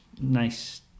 nice